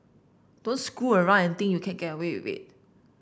don't screw around and think you can get away with it